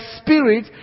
spirit